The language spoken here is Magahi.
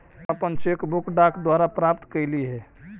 हम अपन चेक बुक डाक द्वारा प्राप्त कईली हे